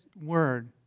word